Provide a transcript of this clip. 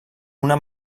una